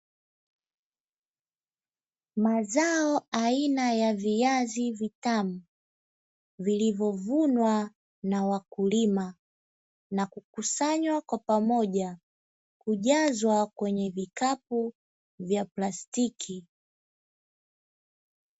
Mazao aina ya viazi vitamu, vilivyovunwa na wakulima na kukusanywa kwa pamoja, hujazwa kwenye vikapu vya plastiki.